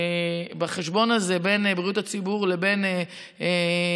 בחשבון הזה בין בריאות הציבור לבין עלות,